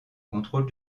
contrôle